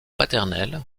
paternels